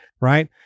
Right